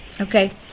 Okay